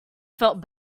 felt